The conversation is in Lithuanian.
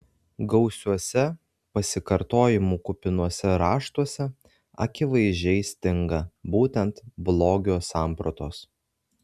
gausiuose pasikartojimų kupinuose raštuose akivaizdžiai stinga būtent blogio sampratos